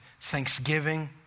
thanksgiving